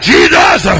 Jesus